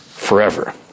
Forever